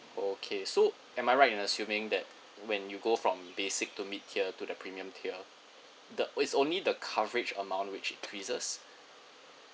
okay so am I right in assuming that when you go from basic to mid tier to the premium tier the wait it's only the coverage amount which is different